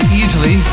easily